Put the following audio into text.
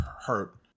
hurt